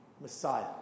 Messiah